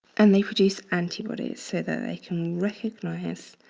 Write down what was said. and they produce antibodies so they can recognize